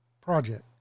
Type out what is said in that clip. project